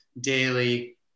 daily